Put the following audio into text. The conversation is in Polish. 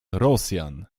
rosjan